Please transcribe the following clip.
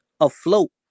afloat